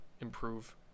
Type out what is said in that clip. improve